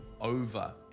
over